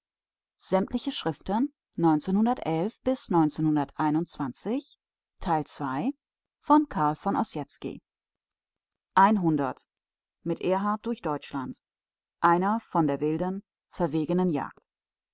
mit ehrhardt durch deutschland einer von der wilden verwegenen jagd